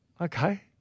Okay